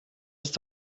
ist